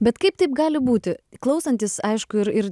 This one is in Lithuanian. bet kaip taip gali būti klausantis aišku ir ir